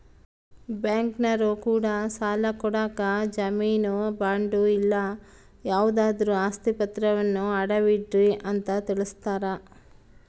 ಬ್ಯಾಂಕಿನರೊ ಕೂಡ ಸಾಲ ಕೊಡಕ ಜಾಮೀನು ಬಾಂಡು ಇಲ್ಲ ಯಾವುದಾದ್ರು ಆಸ್ತಿ ಪಾತ್ರವನ್ನ ಅಡವಿಡ್ರಿ ಅಂತ ತಿಳಿಸ್ತಾರ